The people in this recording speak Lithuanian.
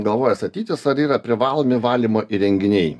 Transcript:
galvoja statytis ar yra privalomi valymo įrenginiai